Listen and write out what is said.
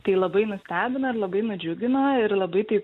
tai labai nustebino ir labai nudžiugino ir labai taip